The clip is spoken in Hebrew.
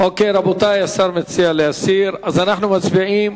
אוקיי, רבותי, השר מציע להסיר, אז אנחנו מצביעים.